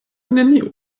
nenio